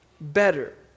better